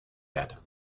dead